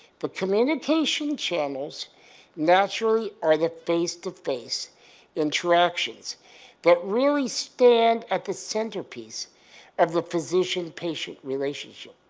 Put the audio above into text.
the communication channels naturally are the face-to-face interactions that really stand at the centerpiece of the physician-patient relationship,